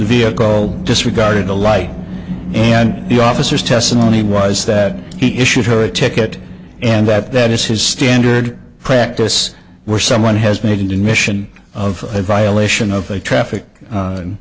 vehicle disregarded the light and the officers testimony was that he issued her a ticket and that that is his standard practice where someone has made the mission of a violation of a traffic